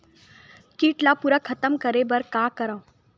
कीट ला पूरा खतम करे बर का करवं?